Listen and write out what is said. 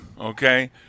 okay